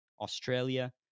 Australia